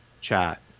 chat